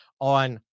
on